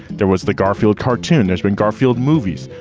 there was the garfield cartoon. there's been garfield movies,